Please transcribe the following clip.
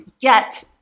get